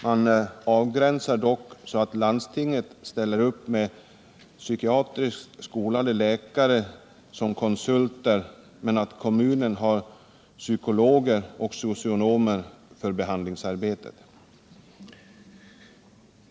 Man avgränsar dock så att landstinget ställer upp med psykiatriskt skolade läkare som konsulter, medan kommunen har psykologer och socionomer för behandlingsarbetet.